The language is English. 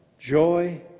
joy